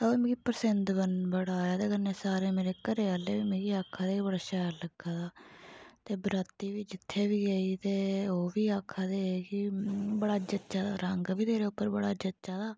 पर मिगी परसिंद बड़ा आया ते कन्नै सारे मेरे घरै आह्ले बी मिगी आक्खा दे कि बड़ा शैल लग्गा दा ते बराती बी जित्थै बी गेई ते ओह् बी आक्खा दे कि बड़ा जच्चा दा रंग बी तेरे उप्पर बड़ा जच्चा दा